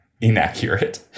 inaccurate